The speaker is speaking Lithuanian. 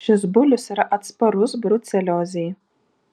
šis bulius yra atsparus bruceliozei